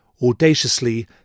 Audaciously